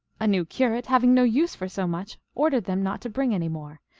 a new curate, having no use for so much, ordered them not to bring any more.